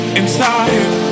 inside